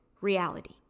reality